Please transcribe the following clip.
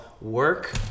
work